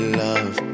love